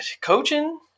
Coaching